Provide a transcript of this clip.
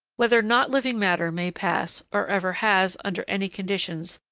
whether not-living matter may pass, or ever has, under any conditions,